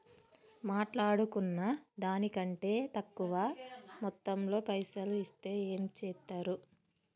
మాట్లాడుకున్న దాని కంటే తక్కువ మొత్తంలో పైసలు ఇస్తే ఏం చేత్తరు?